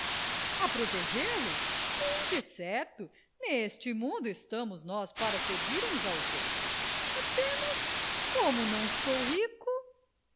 a a protegê lo sim decerto neste mundo estamos nós para servir uns aos outros apenas como não sou rico